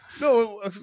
no